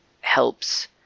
helps